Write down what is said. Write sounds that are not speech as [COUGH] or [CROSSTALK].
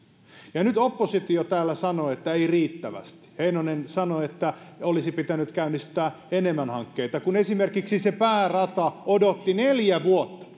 ja nyt oppositio täällä sanoo että ei riittävästi heinonen sanoi että olisi pitänyt käynnistää enemmän hankkeita vaikka esimerkiksi se päärata odotti neljä vuotta [UNINTELLIGIBLE]